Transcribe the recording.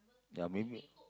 ya maybe